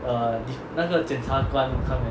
uh 那个检察官 come and